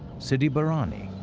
sidi barrani,